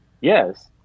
Yes